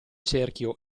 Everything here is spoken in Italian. cerchio